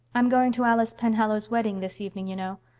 i'm going to alice penhallow's wedding this evening, you know.